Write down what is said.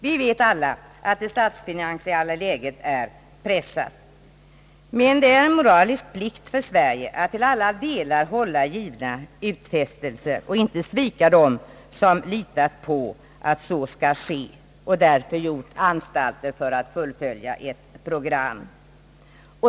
Vi vet alla att det statsfinansiella läget är pressat, men det är en moralisk plikt för Sverige att till alla delar hålla givna utfästelser och inte svika dem som litar på att så skall ske och som därför gjort anstalter för att fullfölja ett program.